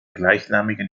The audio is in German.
gleichnamigen